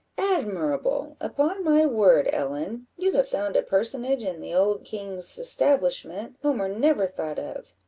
admirable! upon my word, ellen, you have found a personage in the old king's establishment homer never thought of.